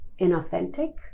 inauthentic